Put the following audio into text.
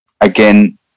again